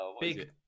big